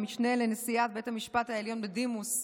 המשנה לנשיאת בית המשפט העליון בדימוס,